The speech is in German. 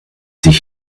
sich